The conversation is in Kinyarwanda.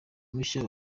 mushya